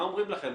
מה אומרים לכם?